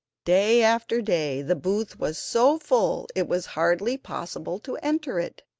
day after day the booth was so full it was hardly possible to enter it,